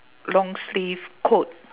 long sleeve coat